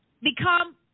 become